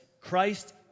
Christ